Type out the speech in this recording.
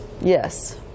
Yes